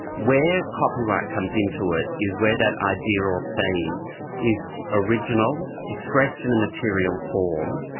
where copyright comes into it is where that idea or theme is original, expressed in a material form,